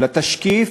לתשקיף,